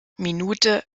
minute